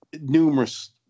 numerous